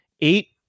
Eight